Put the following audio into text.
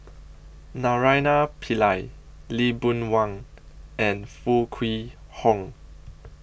Naraina Pillai Lee Boon Wang and Foo Kwee Horng